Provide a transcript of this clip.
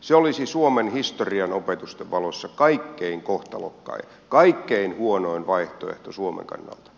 se olisi suomen historianopetusten valossa kaikkein kohtalokkain kaikkein huonoin vaihtoehto suomen kannalta